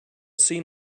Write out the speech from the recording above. seem